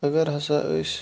اگر ہَسا أسۍ